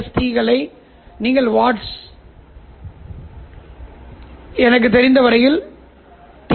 L ஒரு கட்ட பூட்டு வளையமாக வைக்கலாம்